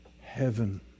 heaven